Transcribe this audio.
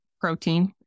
protein